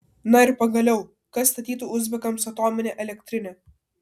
na ir pagaliau kas statytų uzbekams atominę elektrinę